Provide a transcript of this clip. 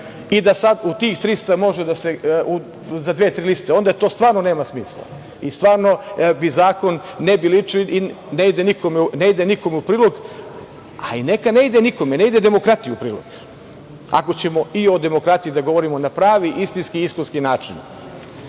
i da sad u tih 300 može za dve, tri liste, onda to stvarno nema smisla, stvarno zakon ne bi ličio i ne ide nikome u prilog. A i neka ne ide nikome, ne ide demokratiji u prilog, ako ćemo i o demokratiji da govorimo na pravi istinski, iskusni